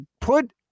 put